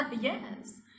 yes